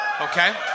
Okay